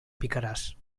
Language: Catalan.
picaràs